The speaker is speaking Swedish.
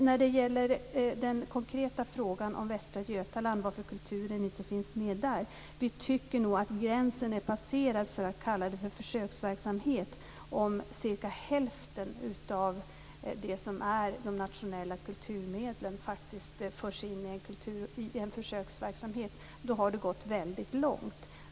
När det gäller den konkreta frågan varför kulturen inte finns med i Västra Götaland tycker vi nog att gränsen är passerad för att kalla det för försöksverksamhet om cirka hälften av de nationella kulturmedlen förs in i en försöksverksamhet. Då har det gått väldigt långt.